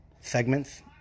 segments